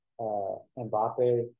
Mbappe